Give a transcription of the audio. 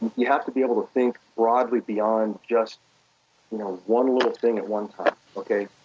you have to be able to think broadly beyond just you know one little thing at one time, okay?